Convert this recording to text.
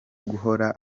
guhora